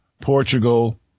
Portugal